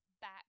back